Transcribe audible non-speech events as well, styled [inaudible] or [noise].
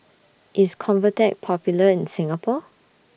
[noise] IS Convatec Popular in Singapore